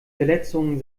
verletzungen